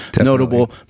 notable